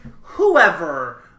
whoever